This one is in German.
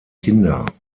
kinder